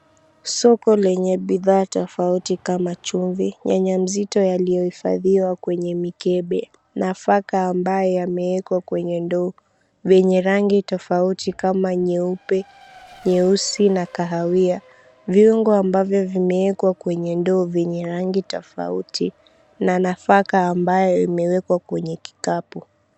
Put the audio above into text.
Soko lenye bidhaa tofauti kama chumvi, nyanya mzito iliyohifadhiwa kwenye mikebe, nafaka ambayo yamewekwa kwenye ndoo, venye rangi tofauti kama nyeupe, nyeusi na kahawia. Viungo ambavyo vimewekwa kwenye ndoo venye rangi tofauti na nafaka ambayo imewekwa kwenye kikapu.